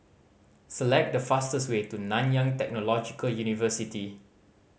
select the fastest way to Nanyang Technological University